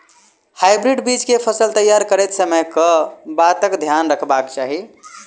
Hybrid बीज केँ फसल तैयार करैत समय कऽ बातक ध्यान रखबाक चाहि?